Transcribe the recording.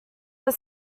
were